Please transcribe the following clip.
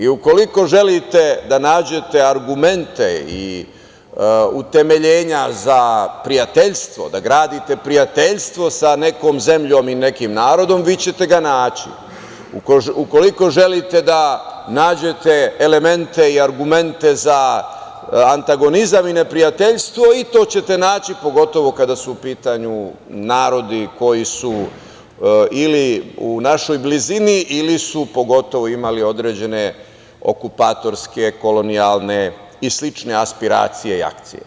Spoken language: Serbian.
Ukoliko želite da nađete argumente i utemeljenja za prijateljstvo, da gradite prijateljstvo sa nekom zemljom i nekim narodom vi ćete ga naći, ukoliko želite da nađete elemente i argumente za antagonizam i neprijateljstvo i to ćete naći, pogotovo kada su u pitanju narodi koji su ili u našoj blizini ili su pogotovo imali određene okupatorske kolonijalne i slične aspiracije i akcije.